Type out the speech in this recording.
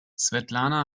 svetlana